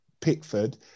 Pickford